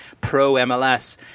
pro-MLS